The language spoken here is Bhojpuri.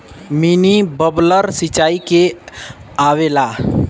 मिनी बबलर सिचाई में आवेला